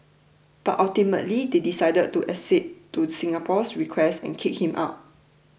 but ultimately they decided to accede to Singapore's request and kick him out